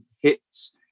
hits